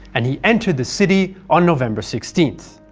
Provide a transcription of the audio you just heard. and he entered the city on november sixteen.